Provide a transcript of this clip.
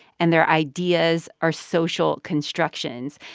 and their ideas are social constructions.